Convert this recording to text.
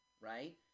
right